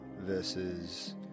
versus